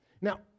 Now